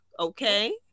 okay